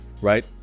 right